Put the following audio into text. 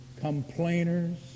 complainers